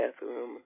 bathroom